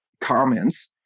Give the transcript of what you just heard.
comments